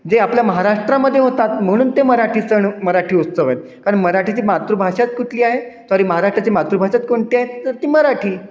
जे आपल्या महाराष्ट्रामध्ये होतात म्हणून ते मराठी सण मराठी उत्सव आहेत कारण मराठीची मातृभाषात कुठली आहे सॉरी महाराष्ट्राची मातृभाषाच कोणती आहे तर ती मराठी